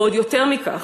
ועוד יותר מכך,